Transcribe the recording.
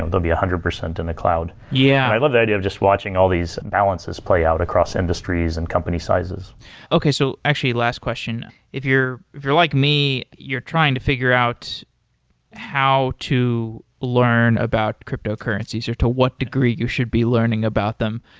ah be a one hundred percent in the cloud. yeah i love the idea of just watching all these balances play out across industries and company sizes okay. so actually last question, if you're if you're like me, you're trying to figure out how to learn about cryptocurrencies, or to what degree you should be learning about them.